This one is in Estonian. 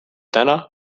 täna